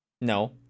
no